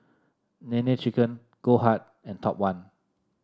Nene Chicken Goldheart and Top One